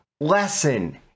lesson